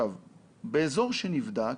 באזור שנבדק,